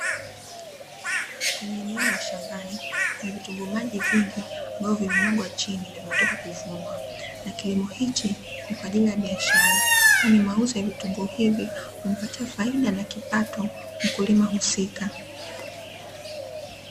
Kwenye eneo la shambani kuna vitunguu maji vingi, ambavyo vimemwangwa chini, ndio vimetoka kuvunwa. Na kilimo hiki ni kwa ajili ya biashara. Kwani, mauzo ya vitunguu hivi humpatia faida na kipato mkulima husika.